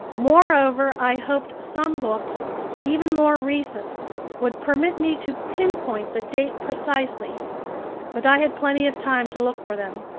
moreover, i hoped some books even more recent would permit me to pinpoint the date precisely but i had plenty of time to look for them,